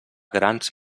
grans